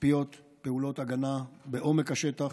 תצפיות ופעולות הגנה בעומק השטח